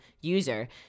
user